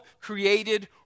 created